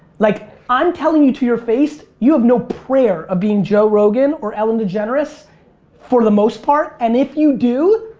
like i'm telling you to your face, you have no prayer of being joe rogan or ellen degeneres for the most part. and if you do,